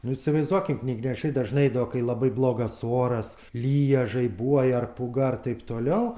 nu įsivaizduokit knygnešiai dažnai eidavo kai labai blogas oras lyja žaibuoja ar pūga ar taip toliau